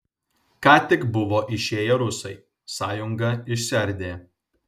ką tik buvo išėję rusai sąjunga išsiardė